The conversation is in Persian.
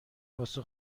واسه